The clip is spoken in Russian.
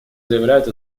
заявляют